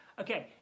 Okay